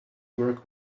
work